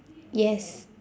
yes